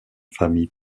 famille